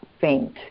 faint